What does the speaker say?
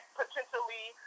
potentially